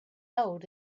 out